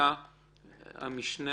היתה המשנה